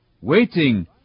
waiting